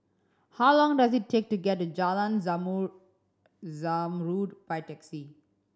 how long does it take to get to Jalan Zamrud Zamrud by taxi